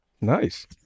Nice